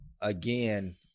again